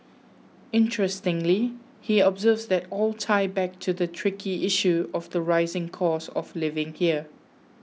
interestingly he observes they all tie back to the tricky issue of the rising cost of living here